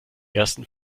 ersten